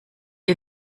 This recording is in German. ihr